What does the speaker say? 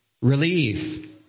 relief